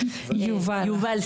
יובל,